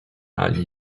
ani